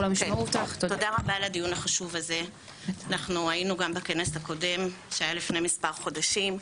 אנחנו היינו גם בכנס הקודם שהיה לפני מספר חודשים,